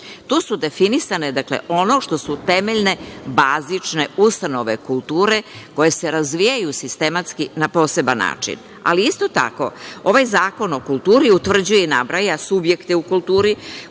je definisano ono što su temeljne, bazične ustanove kulture, koje se razvijaju sistematski na poseban način. Ali, isto tako, ovaj Zakon o kulturi utvrđuje i nabraja subjekte u kulturi,